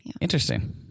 Interesting